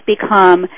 become